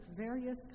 various